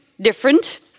different